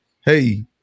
hey